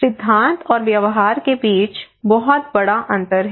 सिद्धांत और व्यवहार के बीच बहुत बड़ा अंतर है